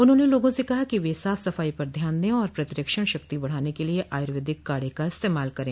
उन्होंने लोगों से कहा कि वे साफ सफाई पर ध्यान दें और प्रतिरक्षण शक्ति बढ़ाने के लिए आयुर्वेदिक काढ़े का इस्तेमाल करें